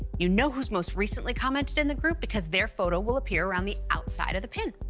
you know who's most recently commented in the group because their photo will appear around the outside of the pin.